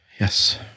Yes